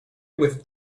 with